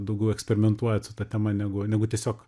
daugiau eksperimentuojat su ta tema negu negu tiesiog